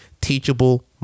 Teachable